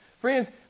Friends